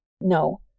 No